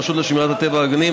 הרשות לשמירת הטבע והגנים,